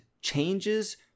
changes